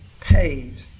paid